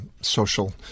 social